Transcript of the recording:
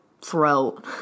throat